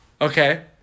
Okay